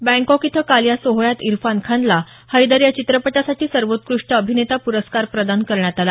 बँकाक इथं काल या सोहळ्यात इरफान खानला हैदर या चित्रपटासाठी सर्वोत्कृष्ट अभिनेता पुरस्कार प्रदान करण्यात आला